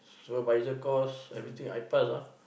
supervisor course everything I pass ah